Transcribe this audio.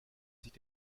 sich